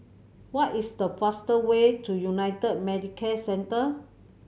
what is the fastest way to United Medicare Centre